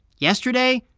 yesterday,